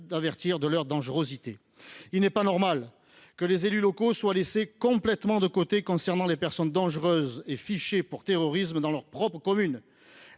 d’avertir de leur dangerosité. Il n’est pas normal que les élus locaux soient laissés complètement de côté concernant les personnes dangereuses et fichées pour terrorisme qui vivent dans leur propre commune.